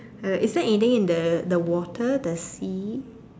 uh is there anything in the the water the sea